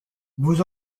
vos